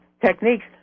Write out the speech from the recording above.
techniques